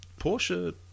Porsche